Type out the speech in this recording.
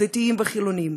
דתיים וחילונים,